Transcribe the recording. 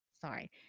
Sorry